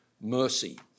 mercy